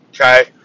Okay